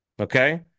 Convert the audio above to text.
Okay